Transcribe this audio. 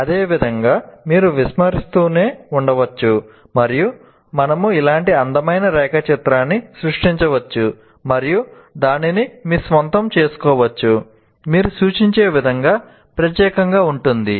అదేవిధంగా మీరు విస్తరిస్తూనే ఉండవచ్చు మరియు మనము ఇలాంటి అందమైన రేఖాచిత్రాన్ని సృష్టించవచ్చు మరియు దానిని మీ స్వంతం చేసుకోవచ్చు మీరు సూచించే విధానం ప్రత్యేకంగా ఉంటుంది